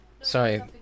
Sorry